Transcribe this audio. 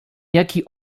jaki